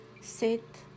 Sit